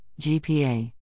GPA